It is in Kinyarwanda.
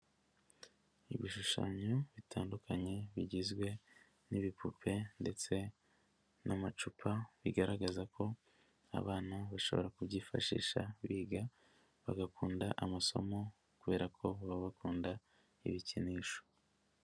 Ibishushanyo bitandukanye bigizwe n'ibipupe ndetse n'amacupa, bigaragaza ko abantu bashobora kubyifashisha biga bagakunda amasomo kubera ko baba bakunda ibikinisho.